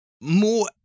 more